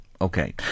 Okay